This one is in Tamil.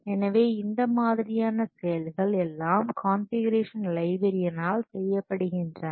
எனவே இந்த மாதிரியான செயல்கள் எல்லாம் கான்ஃபிகுரேஷன் லைப்ரேரியனால் செய்யப்படுகின்றன